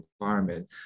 environment